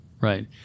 right